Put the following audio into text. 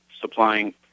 supplying